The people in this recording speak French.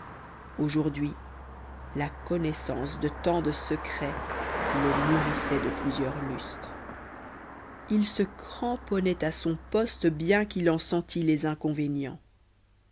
aujourd'hui la connaissance de tant de secrets le mûrissait de plusieurs lustres il se cramponnait à son poste bien qu'il en sentit les inconvénients